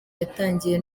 yatangiye